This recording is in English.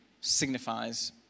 signifies